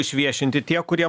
išviešinti tie kurie